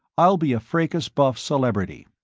i'll be a fracas buff celebrity.